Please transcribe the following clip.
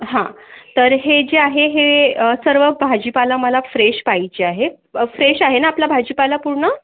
हं तर हे जे आहे हे अ सर्व भाजीपाला मला फ्रेश पाहिजे आहे अ फ्रेश आहे ना आपला भाजीपाला पूर्ण